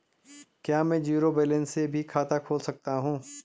क्या में zero balance से भी खाता खोल सकता हूँ?